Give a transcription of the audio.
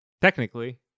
technically